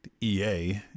EA